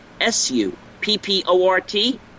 s-u-p-p-o-r-t